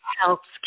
helps